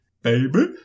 Baby